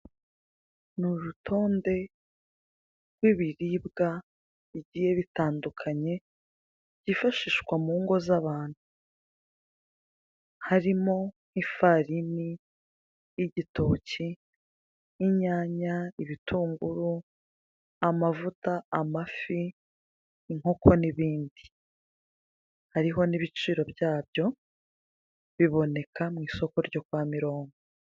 N'urutonde rw'ibiribwa bigiye bitandukanye byifashishwa mungo z'abantu harimo ifarini n'igitoki, inyanya, ibitunguru, amavuta, amafi, inkoko ndetse n'ibindi. Hariho n'ibiciro byabyo biboneka mu isoko ryo kwa Mironko.